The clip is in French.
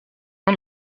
fin